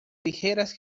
ligeras